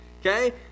Okay